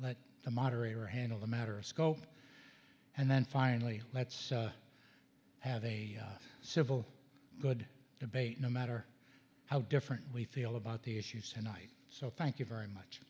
let the moderator handle the matter scope and then finally let's have a civil good debate no matter how different we feel about the issues tonight so thank you very much